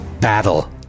Battle